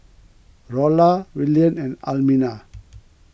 Rolla Willian and Almina